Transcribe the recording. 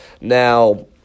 Now